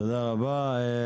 תודה רבה.